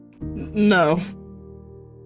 no